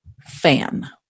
fan